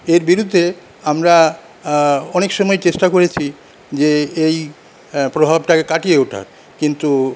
এর বিরুদ্ধে আমরা অনেক সময় চেষ্টা করেছি যে এই প্রভাবটাকে কাটিয়ে ওঠার কিন্তু